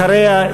אחריה,